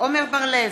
עמר בר-לב,